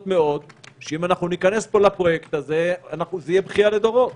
מאוד שאם נכנס לפרויקט הזה זה יהיה בכייה לדורות,